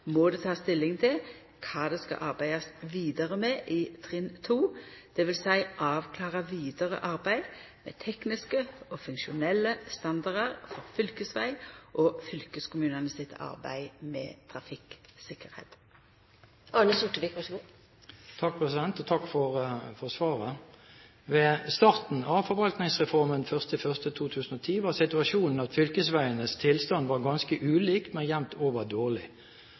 stilling til kva det skal arbeidast vidare med i trinn 2, dvs. avklara vidare arbeid med tekniske og funksjonelle standardar for fylkesveg og fylkeskommunane sitt arbeid med trafikktryggleik. Takk for svaret. Ved starten av forvaltningsreformen 1. januar 2010 var situasjonen at fylkesveienes tilstand var ganske ulik, men jevnt over dårlig. Så ble bildet forsterket av at man fikk mer dårlig vei. Jeg tror statsråden og